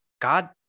God